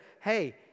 Hey